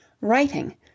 WRITING